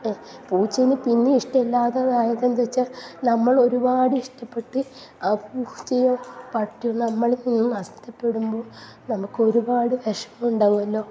പൂച്ചനെ പിന്നെയും ഇഷ്ടമല്ലാതായത് എന്താ വെച്ചാൽ നമ്മളൊരുപാട് ഇഷ്ടപ്പെട്ട് ആ പൂച്ചയോ പട്ടിയോ നമ്മളിൽ നിന്നും നഷ്ടപ്പെടുമ്പോൾ നമുക്കൊരുപാട് വിഷമം ഉണ്ടാകുവല്ലോ